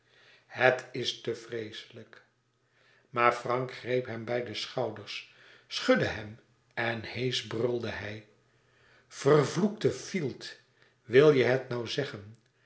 het is te vreeselijk maar frank greep hem bij de schouders schudde hem en heesch brulde hij vervloekte fielt wil je het nou zeggen